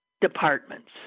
departments